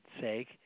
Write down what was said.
sake